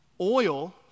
Oil